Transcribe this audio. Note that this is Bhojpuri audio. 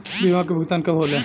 बीमा के भुगतान कब कब होले?